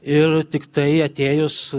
ir tiktai atėjus